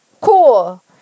cool